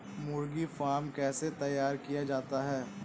मुर्गी फार्म कैसे तैयार किया जाता है?